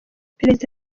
perezida